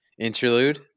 interlude